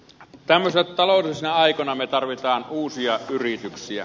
tämmöisinä taloudellisina aikoina me tarvitsemme uusia yrityksiä